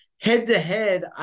head-to-head